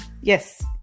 Yes